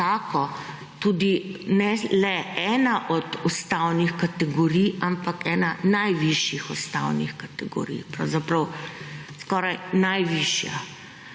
tako, tudi ne le ena od ustavnih kategorij, ampak ena najvišjih ustavnih kategorij. Pravzaprav skoraj najvišja.